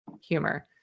humor